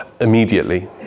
immediately